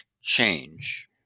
change